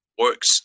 works